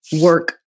work